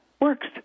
works